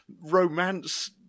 romance